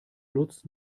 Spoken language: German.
lutz